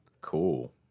Cool